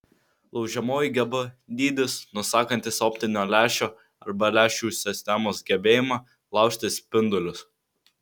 laužiamoji geba dydis nusakantis optinio lęšio arba lęšių sistemos gebėjimą laužti spindulius